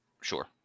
Sure